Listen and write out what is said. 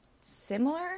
similar